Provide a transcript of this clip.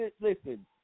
Listen